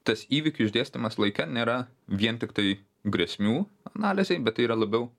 tas įvykių išdėstymas laike nėra vien tiktai grėsmių analizei bet tai yra labiau